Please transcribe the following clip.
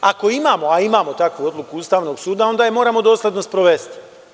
A ako imamo, a imamo takvu odluku Ustavnog suda onda je moramo dosledno sprovesti.